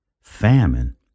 famine